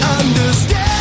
understand